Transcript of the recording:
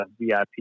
VIP